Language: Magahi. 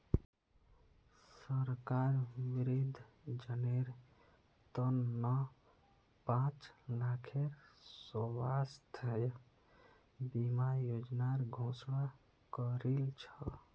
सरकार वृद्धजनेर त न पांच लाखेर स्वास्थ बीमा योजनार घोषणा करील छ